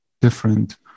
different